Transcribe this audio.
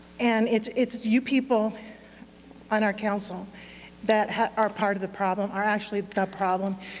and it's it's you people on our council that are part of the problem, are actually the problem.